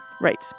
Right